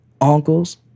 uncles